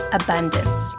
abundance